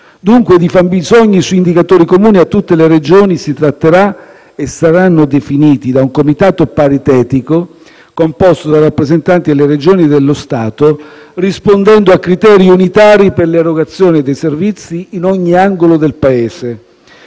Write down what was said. Dunque, di fabbisogni su indicatori comuni a tutte le Regioni si tratterà e saranno definiti da un comitato paritetico composto da rappresentanti delle Regioni e dello Stato, rispondendo a criteri unitari per l'erogazione dei servizi in ogni angolo del Paese.